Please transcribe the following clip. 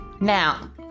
Now